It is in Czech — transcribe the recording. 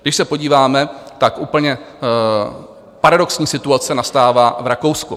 Když se podíváme, tak úplně paradoxní situace nastává v Rakousku.